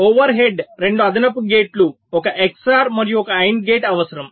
over head 2 అదనపు గేట్లు ఒక XOR మరియు ఒక AND గేట్ అవసరం